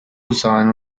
usaban